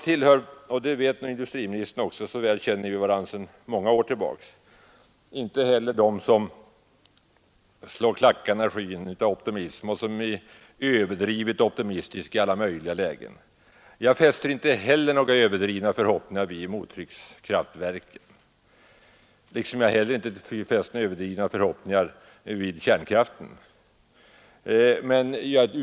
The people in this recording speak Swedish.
Som industriministern vet — vi känner ju varandra väl sedan många år — tillhör inte jag dem som slår klackarna i taket av optimism i alla lägen. Jag fäster inte heller några överdrivna förhoppningar till mottryckskraftverken — lika litet som jag gör det när det gäller kärnkraftverken.